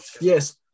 yes